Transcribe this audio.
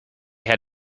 had